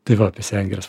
tai va apie sengires